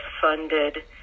funded